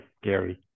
scary